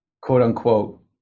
quote-unquote